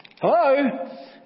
Hello